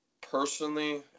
personally